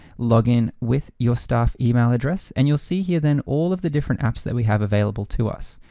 login with your staff email address, and you'll see here then all of the different apps that we have available to us.